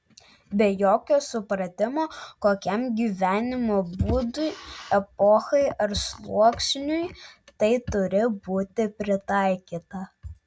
be jokio supratimo kokiam gyvenimo būdui epochai ar sluoksniui tai turi būti pritaikyta